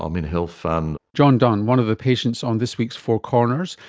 i'm in a health fund. john dunn, one of the patients on this week's four corners,